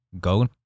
go